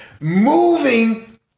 moving